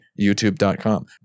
youtube.com